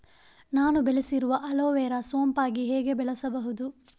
ನಾನು ಬೆಳೆಸಿರುವ ಅಲೋವೆರಾ ಸೋಂಪಾಗಿ ಹೇಗೆ ಬೆಳೆಸಬಹುದು?